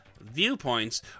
viewpoints